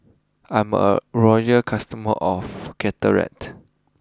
I'm a loyal customer of Caltrate